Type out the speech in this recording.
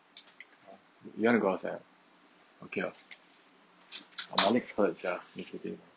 you wanna go outside ah okay lor